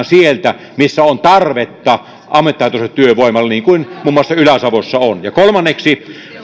sieltä missä on tarvetta ammattitaitoiselle työvoimalle niin kuin muun muassa ylä savossa on kolmanneksi